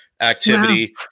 activity